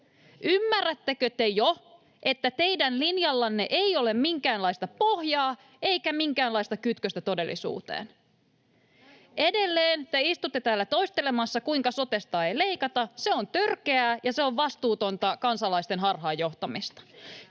Ymmärrättekö te jo, että teidän linjallanne ei ole minkäänlaista pohjaa eikä minkäänlaista kytköstä todellisuuteen? Edelleen te istutte täällä toistelemassa, kuinka sotesta ei leikata. Se on törkeää ja se on vastuutonta kansalaisten harhaanjohtamista.